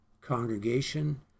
congregation